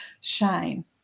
shine